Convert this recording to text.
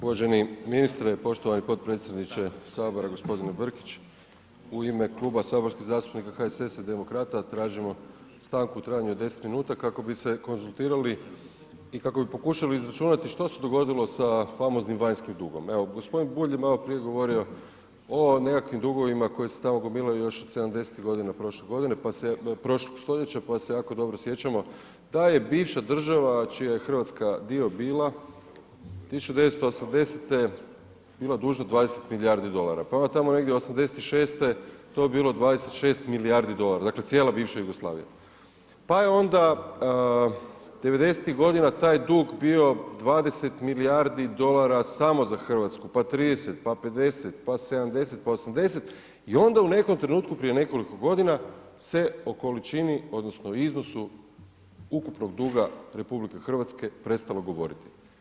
Uvaženi ministre, poštovani potpredsjedniče HS g. Brkić, u ime Kluba saborskih zastupnika HSS-a i Demokrata tražimo stanku u trajanju od 10 minuta kako bi se konzultirali i kako bi pokušali izračunati što se dogodilo sa famoznim vanjskim dugom, evo g. Bulj je maloprije govorio o nekakvim dugovima koji se tamo gomilaju još od '70.-tih godina prošle godine, pa se, prošlog stoljeća, pa se jako dobro sjećamo da je bivša država čija je RH dio bila, 1980. bila dužna 20 milijardi dolara, pa onda tamo negdje '86. to je bilo 26 milijardi dolara, dakle cijela bivša Jugoslavija, pa je onda '90.-tih godina taj dug bio 20 milijardi dolara samo za RH, pa 30, pa 50, pa 70, pa 80 i onda u nekom trenutku prije nekoliko godina se o količini odnosno o iznosu ukupnog duga RH prestalo govoriti.